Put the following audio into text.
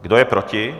Kdo je proti?